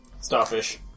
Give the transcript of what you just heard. Starfish